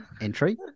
entry